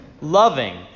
loving